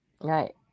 Right